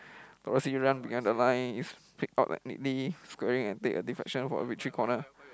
run behind the lines pick out neatly squaring and for every three corner